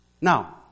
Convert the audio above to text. Now